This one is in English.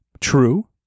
True